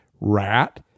Rat